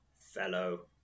fellow